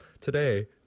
today